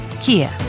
Kia